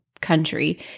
country